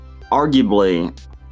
arguably